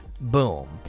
boom